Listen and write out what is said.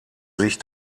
sich